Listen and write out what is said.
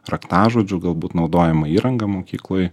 raktažodžių galbūt naudojamą įrangą mokykloj